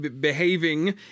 behaving